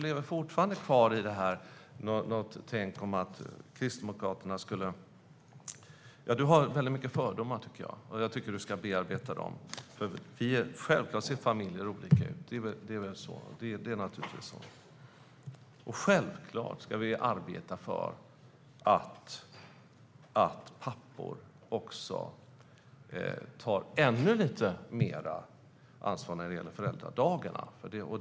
Jag tycker att du har väldigt mycket fördomar, och jag tycker att du ska bearbeta dem. Självklart ser familjer olika ut. Och självklart ska vi arbeta för att pappor tar ännu lite mer ansvar när det gäller föräldradagarna.